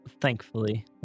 thankfully